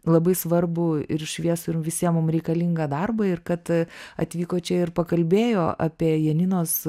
labai svarbų ir šviesų ir visiem mum reikalingą darbą ir kad atvyko čia ir pakalbėjo apie janinos